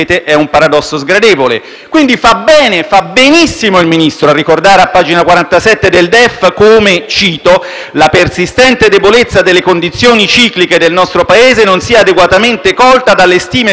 - cito testualmente - «la persistente debolezza delle condizioni cicliche» del nostro Paese «non sia adeguatamente colta dalle stime prodotte dalla metodologia ufficiale per la stima del prodotto potenziale».